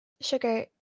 Sugar